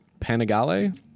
Panigale